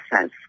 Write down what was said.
says